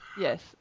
yes